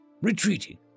Retreating